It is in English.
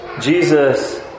Jesus